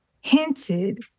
hinted